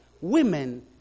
women